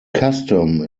custom